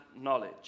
knowledge